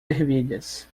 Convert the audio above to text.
ervilhas